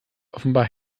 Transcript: offenbar